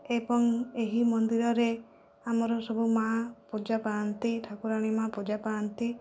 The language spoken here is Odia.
ଏବଂ ଏହି ମନ୍ଦିରରେ ଆମର ସବୁ ମା ପୂଜା ପାଆନ୍ତି ଠାକୁରାଣୀ ମା ପୂଜା ପାଆନ୍ତି